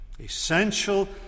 essential